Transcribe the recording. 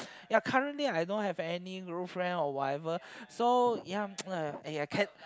ya currently I don't have any new friend or whatever so ya !aiya! can lah